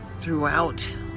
throughout